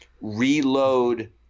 reload